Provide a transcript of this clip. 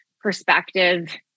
perspective